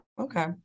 Okay